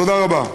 תודה רבה.